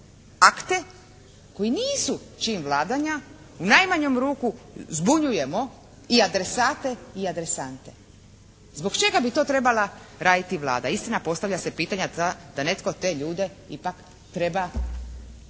akte koji nisu čin vladanja u najmanju ruku zbunjujemo i adresate i adresante. Zbog čega bi to trebala raditi Vlada? Istina, postavlja se pitanje da netko te ljude ipak treba